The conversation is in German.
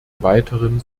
weiteren